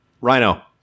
Rhino